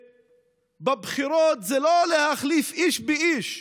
שבחירות זה לא להחליף איש באיש.